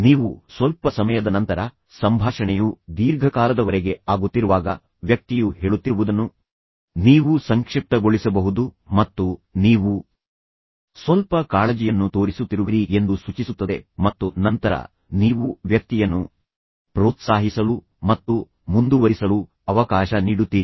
ನೀವು ಸ್ವಲ್ಪ ಸಮಯದ ನಂತರ ಸಂಭಾಷಣೆಯು ದೀರ್ಘಕಾಲದವರೆಗೆ ಆಗುತ್ತಿರುವಾಗ ವ್ಯಕ್ತಿಯು ಹೇಳುತ್ತಿರುವುದನ್ನು ನೀವು ಸಂಕ್ಷಿಪ್ತಗೊಳಿಸಬಹುದು ಮತ್ತು ನೀವು ಸ್ವಲ್ಪ ಕಾಳಜಿಯನ್ನು ತೋರಿಸುತ್ತಿರುವಿರಿ ಎಂದು ಸೂಚಿಸುತ್ತದೆ ಮತ್ತು ನಂತರ ನೀವು ವ್ಯಕ್ತಿಯನ್ನು ಪ್ರೋತ್ಸಾಹಿಸಲು ಮತ್ತು ಮುಂದುವರಿಸಲು ಅವಕಾಶ ನೀಡುತ್ತೀರಿ